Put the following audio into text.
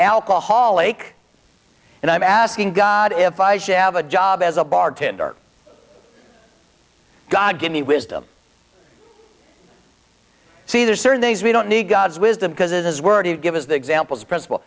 alcoholic and i'm asking god if i should have a job as a bartender god give me wisdom see there are certain things we don't need god's wisdom because it is worthy of give us the examples principle